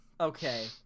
Okay